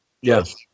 Yes